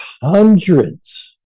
hundreds